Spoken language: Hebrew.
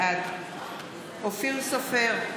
בעד אופיר סופר,